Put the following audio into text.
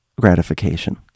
gratification